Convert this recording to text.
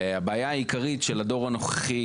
הבעיה העיקרית של הדור הנוכחי,